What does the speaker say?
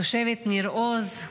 תושבת ניר עוז.